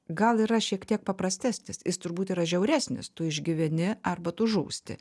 gal yra šiek tiek paprastesnis jis turbūt yra žiauresnis tu išgyveni arba tu žūsti